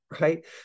Right